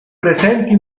presenti